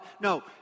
No